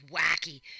wacky